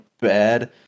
bad